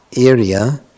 area